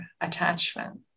attachment